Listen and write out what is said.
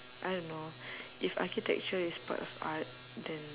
I don't know if architecture is part of art then